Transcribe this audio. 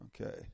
Okay